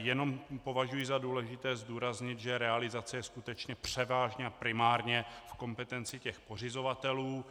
Jenom považuji za důležité zdůraznit, že realizace je skutečně převážně a primárně v kompetenci těch pořizovatelů.